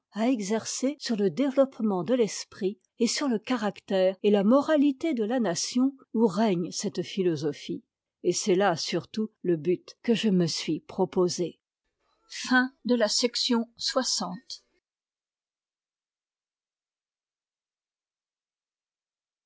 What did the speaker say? exercée sur le développement de l'esprit et sur le caractère et la moralité de la nation où règne cette philosophie et c'est là surtout le but que je me suis proposé chapitre